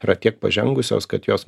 yra tiek pažengusios kad jos